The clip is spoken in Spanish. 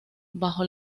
bajo